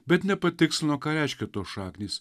bet nepatikslino ką reiškia tos šaknys